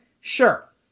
Sure